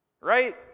Right